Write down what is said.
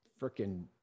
freaking